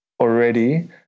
already